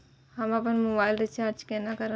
हम अपन mobile recharge केना करब?